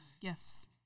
Yes